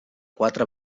quatre